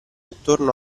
attorno